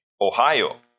Ohio